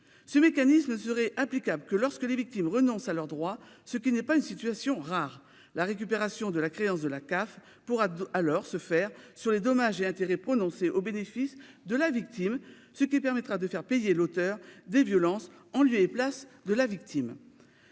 Ce mécanisme ne serait applicable que lorsque les victimes renoncent à leurs droits, ce qui n'est pas une situation rare. La récupération de la créance de la CAF pourra alors se faire sur les dommages et intérêts prononcés au bénéfice de la victime, ce qui permettra de faire payer l'auteur des violences en lieu et place de la victime.